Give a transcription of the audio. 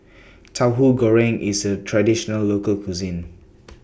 Tauhu Goreng IS A Traditional Local Cuisine